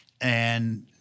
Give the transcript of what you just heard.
And-